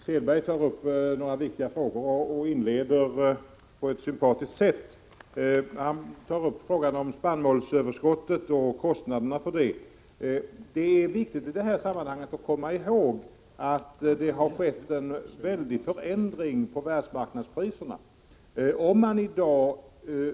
Herr talman! Åke Selberg inleder på ett sympatiskt sätt och tar upp ett par viktiga frågor. Han tar upp frågan om spannmålsöverskottet och kostnaderna för det. Det är viktigt att i detta sammanhang komma ihåg att stora förändringar av världsmarknadspriserna har skett.